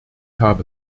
habe